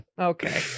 Okay